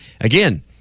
again